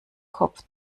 kopf